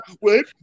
wait